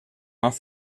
más